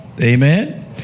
Amen